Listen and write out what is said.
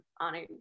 honored